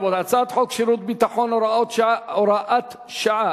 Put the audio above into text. רבותי: הצעת חוק שירות ביטחון (הוראת שעה)